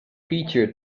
featured